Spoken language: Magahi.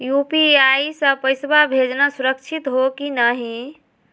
यू.पी.आई स पैसवा भेजना सुरक्षित हो की नाहीं?